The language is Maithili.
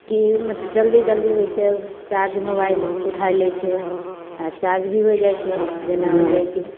की मतलब जल्दी जल्दी वैसे चार्ज मोबाइल उठाय लै छै आओर चार्ज भी होइ जाइ छै जेना होलय